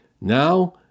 Now